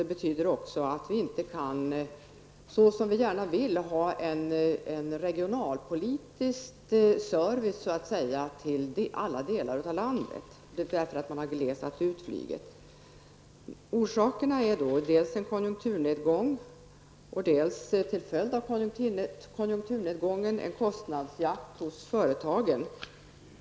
Det betyder också att vi inte kan, som vi gärna vill, ha en regionalpolitisk service till alla delar av landet därför att man har glesat ut flygtrafiken. Orsakerna är dels en konjunkturnedgång, dels en kostnadsjakt hos företagen till följd av konjunkturnedgången.